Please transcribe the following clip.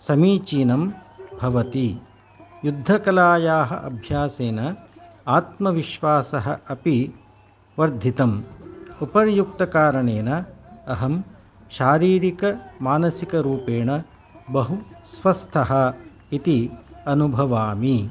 समीचीनं भवति युद्धकलायाः अभ्यासेन आत्मविश्वासः अपि वर्धितः उपर्युक्तकारणेन अहं शारीरिकमानसिकरूपेण बहुस्वस्थः इति अनुभवामि